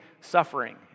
suffering